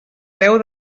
veu